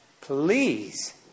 Please